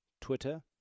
Twitter